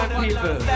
people